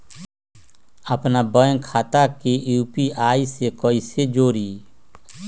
अपना बैंक खाता के यू.पी.आई से कईसे जोड़ी?